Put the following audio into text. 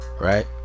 right